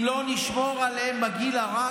אם לא נשמור עליהם בגיל הרך,